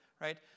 right